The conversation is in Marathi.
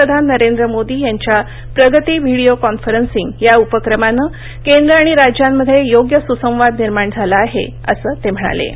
पंतप्रधान नरेंद्र मोदी यांच्या प्रगती व्हिडिओ कॉन्फरन्सिंग या उपक्रमानं केंद्र आणि राज्यांमध्ये योग्य सुसंवाद निर्माण झाला आहे असं ते म्हणाले